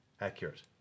Accurate